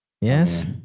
Yes